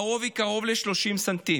העובי הוא קרוב ל-30 ס"מ,